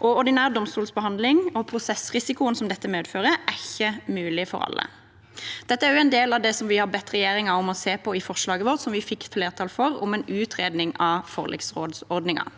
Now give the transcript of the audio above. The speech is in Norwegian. og ordinær domstolsbehandling og prosessrisikoen dette medfører, er ikke mulig for alle. Dette er en del av det vi har bedt regjeringen om å se på i forslaget vårt, som vi fikk flertall for, om en utredning av forliksrådsordningen.